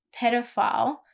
pedophile